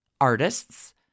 Artists